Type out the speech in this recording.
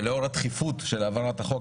ולאור הדחיפות של העברת החוק,